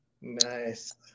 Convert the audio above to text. Nice